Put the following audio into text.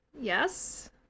yes